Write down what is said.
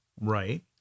Right